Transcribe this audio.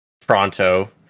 pronto